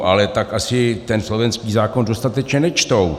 Ale tak asi ten slovenský zákon dostatečně nečtou.